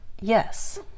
yes